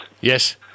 Yes